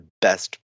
best